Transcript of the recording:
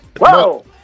Whoa